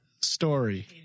story